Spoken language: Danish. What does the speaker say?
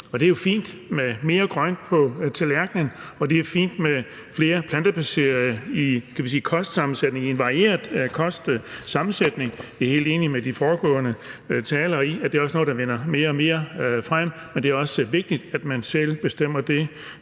det er fint med en mere plantebaseret kostsammensætning, en varieret kostsammensætning. Jeg er helt enig med de foregående talere i, at det også er noget, der vinder mere og mere frem. Men det er også vigtigt, at man selv bestemmer det